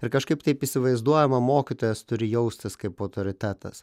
ir kažkaip taip įsivaizduojama mokytojas turi jaustis kaip autoritetas